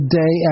day